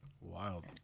Wild